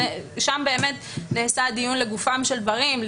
שם באמת נעשה הדיון לגופם של דברים,